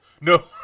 No